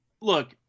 Look